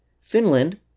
Finland